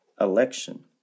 election